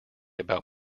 about